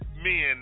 men